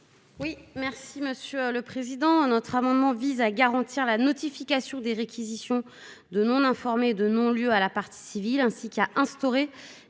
à Mme Cécile Cukierman. Cet amendement vise à garantir la notification des réquisitions de non informer et de non-lieu à la partie civile, ainsi qu'à instaurer